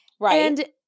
Right